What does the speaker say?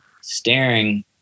staring